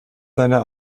seiner